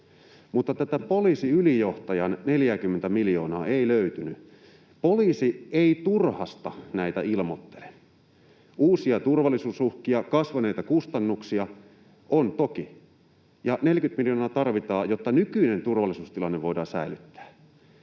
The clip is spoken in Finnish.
mutta tätä poliisiylijohtajan 40:tä miljoonaa ei löytynyt. Poliisi ei turhasta näitä ilmoittele. Uusia turvallisuusuhkia ja kasvaneita kustannuksia on toki, ja 40 miljoonaa tarvitaan, jotta nykyinen turvallisuustilanne voidaan säilyttää.